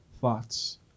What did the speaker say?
thoughts